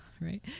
right